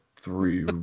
Three